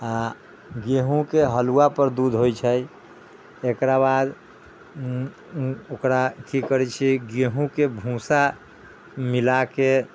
आओर गेहूँके हलुआपर दूध होइ छै एकरा बाद ओकरा की करै छियै गेहूँके भूसा मिलाके